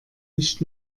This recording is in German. nicht